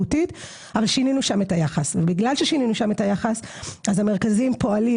שינינו שם את היחס ולכן המרכזים פועלים